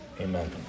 Amen